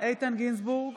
איתן גינזבורג,